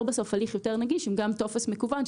בסוף הליך יותר נגיש גם עם טופס מקוון,